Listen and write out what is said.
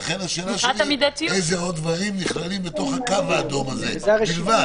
ולכן השאלה שלי איזה עוד דברים נכללים בתוך הקו האדום הזה בלבד.